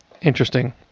Interesting